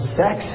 sex